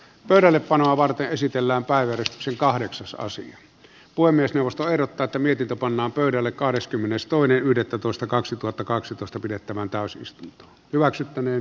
pöydällepanoa varten esitellään päivityszin kahdeksasosia voi myös juustoerot tätä mietitä pannaan minulla ei tietenkään ole mitään sitä vastaan